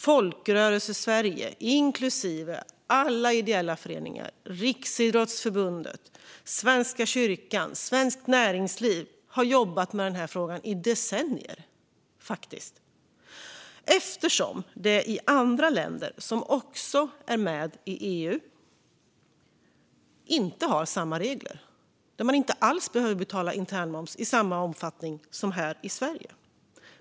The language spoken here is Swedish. Folkrörelsesverige, inklusive alla ideella föreningar, Riksidrottsförbundet, Svenska kyrkan och Svenskt Näringsliv har jobbat med frågan i decennier eftersom andra länder, som också är med i EU, inte har samma regler. Där behöver man inte alls betala internmoms i samma omfattning som här i Sverige.